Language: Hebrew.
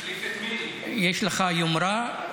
יש לך יומרה.